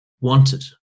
wanted